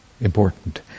Important